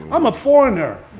i'm a foreigner.